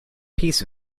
peace